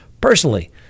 personally